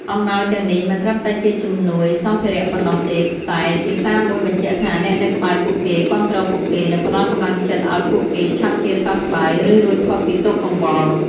អំណោយទាំងនេះមិនត្រឹមតែជាជំនួយសម្ភារៈប៉ុណ្ណោះទេ តែជាសារមួយបញ្ជាក់ថាអ្នកនៅក្បែរពួកគេ គាំទ្រពួកគេ និងផ្តល់កម្លាំងចិត្តឲ្យពួកគេឆាប់ជាសះស្បើយ ឬរួចផុតពីទុក្ខកង្វល់។